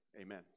Amen